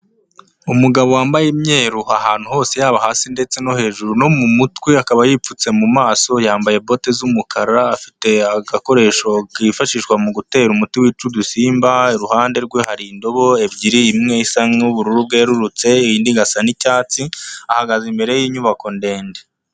Umugabo wambaye imyeru ahantu hose yaba hasi ndetse no hejuru no mu mutwe akaba yipfutse mu maso, yambaye bote z'umukara afite agakoresho kifashishwa mu gutera umuti wica udusimba. Iruhande rwe hari indobo ebyiri imwe isa n'ubururu bwerurutse, indi igasa n'icyatsi. Ahagaze imbere y'inyubako ndende.